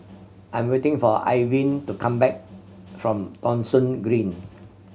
I am waiting for Irvine to come back from Thong Soon Green